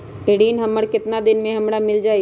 ऋण हमर केतना दिन मे हमरा मील जाई?